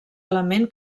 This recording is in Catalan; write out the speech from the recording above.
element